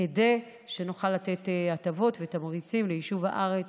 כדי שנוכל לתת הטבות ותמריצים ליישוב הארץ.